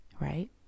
right